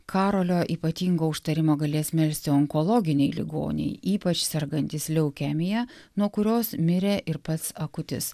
karolio ypatingo užtarimo galės melsti onkologiniai ligoniai ypač sergantys leukemija nuo kurios mirė ir pats akutis